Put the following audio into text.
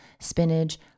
spinach